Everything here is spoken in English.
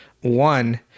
one